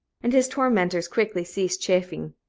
and his tormentors quickly ceased chaffing.